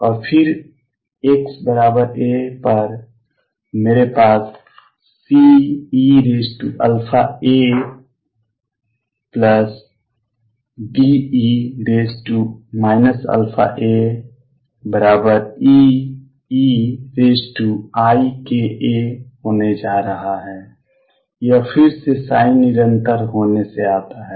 और फिर xa पर मेरे पास C eαaD e αaE eika होने जा रहा है यह फिर से निरंतर होने से आता है